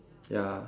ya